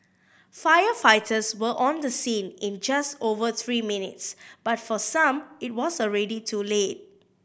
firefighters were on the scene in just over three minutes but for some it was already too late